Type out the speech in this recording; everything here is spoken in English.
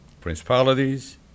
principalities